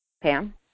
Pam